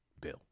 bill